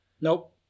Nope